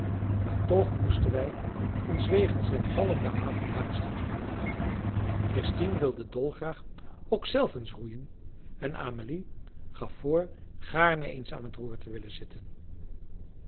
maar toch moesten wij ons wegens den vallenden avond haasten christien wilde dolgraag ook zelf eens roeien en amelie gaf voor gaarne eens aan t roer te willen zitten